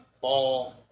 ball